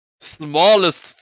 smallest